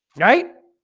night